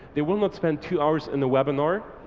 they will not spend two hours in the webinar.